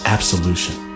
Absolution